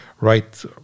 right